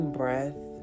breath